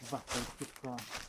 va tarp kitko